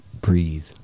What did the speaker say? breathe